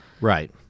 right